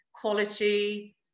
quality